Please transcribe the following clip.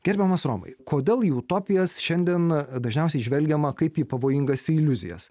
gerbiamas romai kodėl į utopijas šiandien dažniausiai žvelgiama kaip į pavojingas iliuzijas